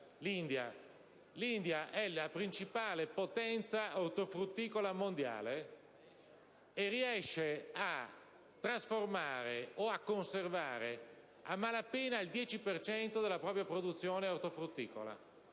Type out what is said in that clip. che è la principale potenza ortofrutticola mondiale, ma riesce a trasformare o a conservare a malapena il 10 per cento della propria produzione ortofrutticola.